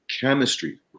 chemistry